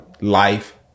life